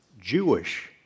Jewish